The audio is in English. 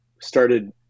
started